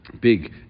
Big